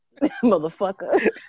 motherfucker